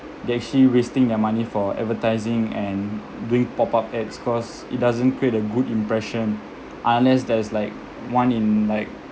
they're actually wasting their money for advertising and doing pop up ads cause it doesn't create a good impression unless there's like one in like